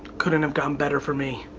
couldn't have gone better for me.